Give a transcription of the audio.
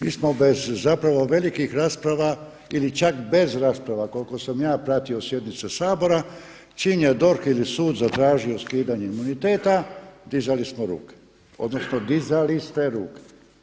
Mi smo bez zapravo velikih rasprava ili čak bez rasprava koliko sam ja pratio sjednicu Sabora čim je DORH ili sud zatražio skidanje imuniteta dizali smo ruke odnosno dizali ste ruke.